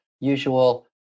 usual